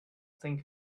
think